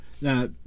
Now